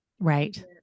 Right